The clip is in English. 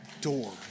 door